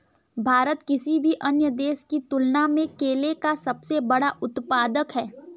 भारत किसी भी अन्य देश की तुलना में केले का सबसे बड़ा उत्पादक है